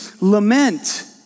lament